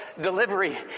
delivery